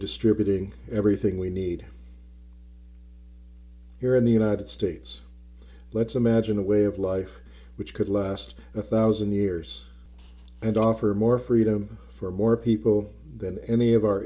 distributing everything we need here in the united states let's imagine a way of life which could last a thousand years and offer more freedom for more people than any of our